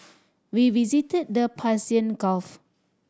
we visited the Persian Gulf